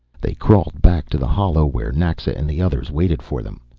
they crawled back to the hollow where naxa and the others waited for them.